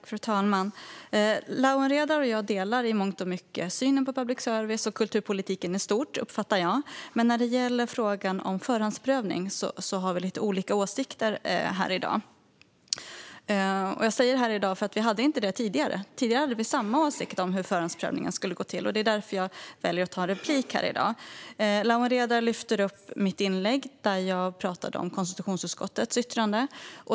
Fru talman! Jag uppfattar att Lawen Redar och jag i mångt och mycket delar synen på public service och kulturpolitiken i stort. Men när det gäller frågan om förhandsprövning har vi lite olika åsikter här i dag. Jag säger "här i dag" för vi hade inte det tidigare. Då hade vi samma åsikt om hur förhandsprövningen skulle gå till. Det är därför jag väljer att begära replik i dag. Lawen Redar lyfter upp mitt inlägg där jag talade om konstitutionsutskottets yttrande.